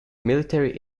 military